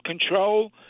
control